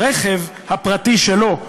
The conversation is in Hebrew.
הרכב הפרטי שלו,